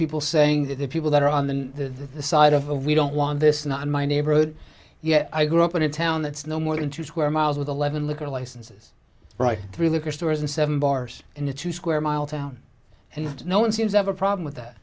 people saying that the people that are on the side of a we don't want this not in my neighborhood yet i grew up in a town that's no more than two square miles with eleven liquor licenses right three liquor stores and seven bars in a two square mile town and no one seems have a problem with that